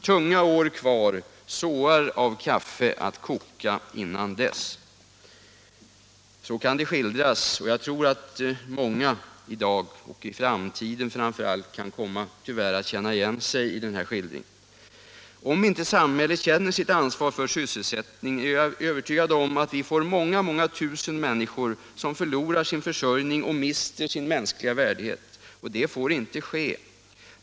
Tunga år kvar, såar av kaffe att koka innan dess. Så kan det skildras och jag tror att många i dag — och framför allt i framtiden — tyvärr kan komma att känna igen sig i den här skildringen. Om inte samhället känner sitt ansvar för sysselsättningen är jag övertygad om att vi får många, många tusen människor som förlorar sin försörjning och mister sin mänskliga värdighet. Det får inte ske!